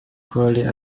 cole